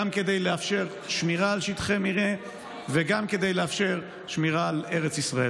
גם כדי לאפשר שמירה על שטחי מרעה וגם כדי לאפשר שמירה על ארץ ישראל.